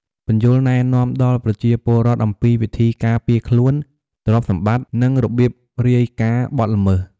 ពន្យល់ណែនាំដល់ប្រជាពលរដ្ឋអំពីវិធីការពារខ្លួន ទ្រព្យសម្បត្តិ និងរបៀបរាយការណ៍បទល្មើស។